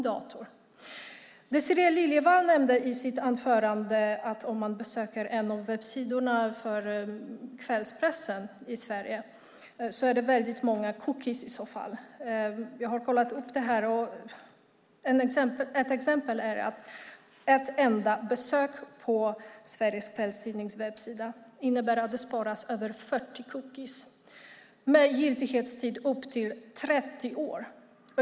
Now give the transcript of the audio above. Désirée Liljevall nämnde i sitt anförande att om man besöker någon av den svenska kvällspressens webbsidor blir det många cookies. Jag har kollat upp det, och som exempel kan jag nämna att ett enda besök på en svensk kvällstidnings webbsida innebär att det sparas över 40 cookies med en giltighetstid på upp till 30 år.